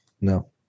no